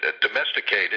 Domesticated